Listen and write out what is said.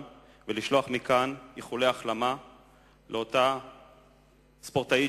ולשלוח מכאן איחולי החלמה לאותה ספורטאית,